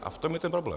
A v tom je ten problém.